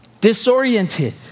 disoriented